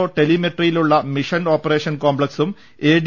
ഒ് ടെലിമെട്രിയിലുള്ള mission operation കോപ്ലക്സും AD